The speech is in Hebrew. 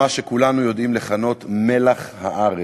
מה שכולנו יודעים לכנות "מלח הארץ".